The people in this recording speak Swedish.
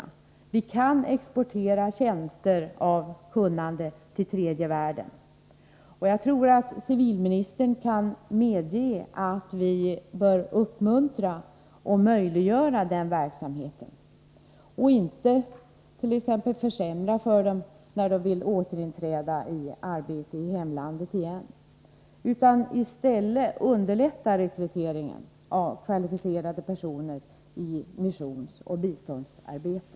Vi kan exportera tjänster av kunnande till tredje världen. Jag tror att civilministern kan medge att vi bör uppmuntra och möjliggöra den verksamheten, och t.ex. inte försämra för biståndsarbetarna när de vill återinträda i arbete i hemlandet. Vi bör i stället underlätta rekryteringen av kvalificerade personer i missionsoch biståndsarbete.